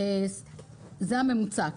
זה הממוצע.